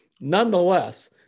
Nonetheless